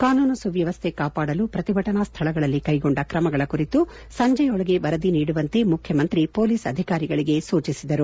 ಕಾನೂನು ಸುವ್ಕವನ್ನೆ ಕಾಪಾಡಲು ಪ್ರತಿಭಟನಾ ಸ್ಥಳಗಳಲ್ಲಿ ಕೈಗೊಂಡ ಕ್ರಮಗಳ ಕುರಿತು ಸಂಜೆಯೊಳಗೆ ವರದಿ ನೀಡುವಂತೆ ಮುಖ್ಯಮಂತ್ರಿ ಮೊಲೀಸ್ ಅಧಿಕಾರಿಗಳಿಗೆ ಸೂಜಿಸಿದರು